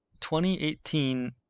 2018